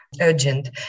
urgent